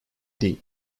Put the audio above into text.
değil